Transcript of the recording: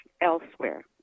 elsewhere